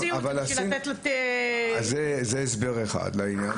זה הסבר אחד לעניין.